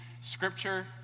scripture